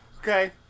Okay